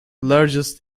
largest